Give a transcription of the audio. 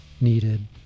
needed